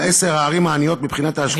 על עשר הערים העניות מבחינת ההשקעה באזרח,